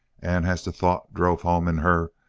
and as the thought drove home in her,